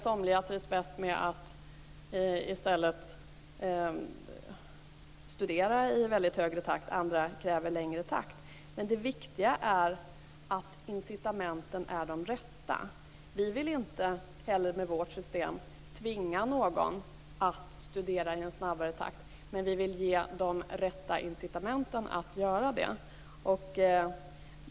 Somliga trivs bäst med att studera i högre takt, andra kräver längre tid. Men det viktiga är att incitamenten är de rätta. Inte heller vill vi med vårt system tvinga någon att studera i en snabbare takt, men vi vill ge de rätta incitamenten till att göra det.